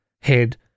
head